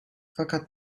fakat